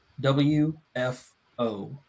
W-F-O